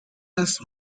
las